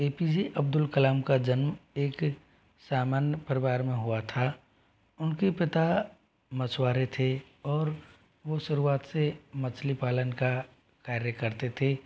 ए P J Abdul Kalam का जन्म एक सामान्य परिवार में हुआ था उनके पिता मछुआरे थे और वो शुरुआत से मछली पालन का कार्य करते थे